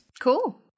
cool